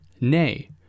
nay